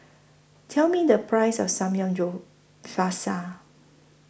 Tell Me The Price of Samgyeopsal